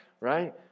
Right